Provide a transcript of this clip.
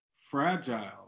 fragile